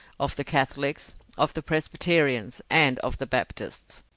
of the catholics, of the presbyterians, and of the baptists.